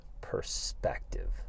perspective